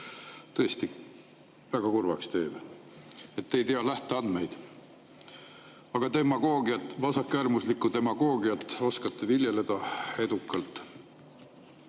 Tõesti, väga kurvaks teeb, et te ei tea lähteandmeid. Aga demagoogiat, vasakäärmuslikku demagoogiat oskate viljeleda edukalt!